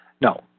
No